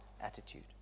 attitude